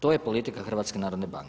To je politika HNB-a.